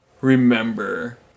remember